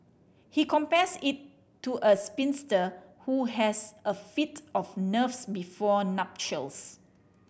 he compares it to a spinster who has a fit of nerves before nuptials